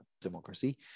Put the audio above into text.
democracy